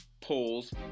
polls